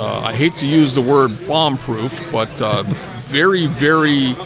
i hate to use the word bomb-proof, but um very very